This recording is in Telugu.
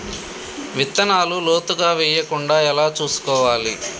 విత్తనాలు లోతుగా వెయ్యకుండా ఎలా చూసుకోవాలి?